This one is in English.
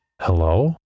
Hello